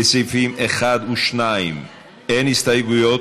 לסעיפים 1 ו-2 אין הסתייגויות.